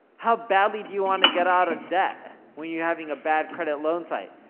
how badly do you want to get out of debt. when you're having a bad credit loan site,